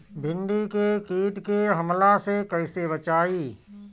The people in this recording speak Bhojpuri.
भींडी के कीट के हमला से कइसे बचाई?